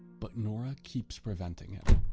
but nora keeps preventing him.